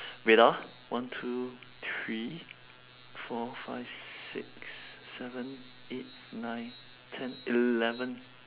wait ah one two three four five six seven eight nine ten eleven